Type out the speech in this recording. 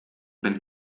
been